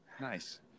nice